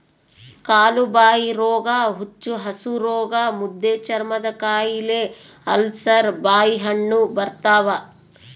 ಕಾಲುಬಾಯಿರೋಗ ಹುಚ್ಚುಹಸುರೋಗ ಮುದ್ದೆಚರ್ಮದಕಾಯಿಲೆ ಅಲ್ಸರ್ ಬಾಯಿಹುಣ್ಣು ಬರ್ತಾವ